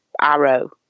Arrow